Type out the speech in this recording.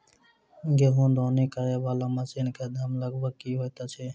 गेंहूँ दौनी करै वला मशीन कऽ दाम लगभग की होइत अछि?